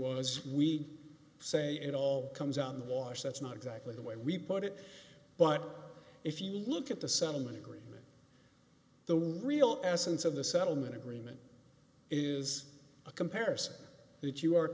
was we'd say it all comes out in the wash that's not exactly the way we put it but if you look at the settlement agreement the real essence of the settlement agreement is a comparison that you are